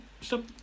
stop